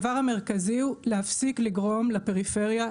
אנחנו נזרים מים בבית שאן.